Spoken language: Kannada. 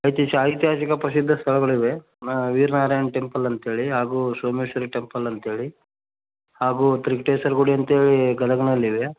ಐತಿ ಸ ಐತಿಹಾಸಿಕ ಪ್ರಸಿದ್ಧ ಸ್ಥಳಗಳಿವೆ ವೀರ ನಾರಾಯಣ ಟೆಂಪಲ್ ಅಂತ್ಹೇಳಿ ಹಾಗೂ ಸೋಮೇಶ್ವರ ಟೆಂಪಲ್ ಅಂತ್ಹೇಳಿ ಹಾಗೂ ತ್ರಿಕೂಟೇಶ್ವರ ಗುಡಿ ಅಂತ್ಹೇಳಿ ಗದಗನಲ್ಲಿದೆ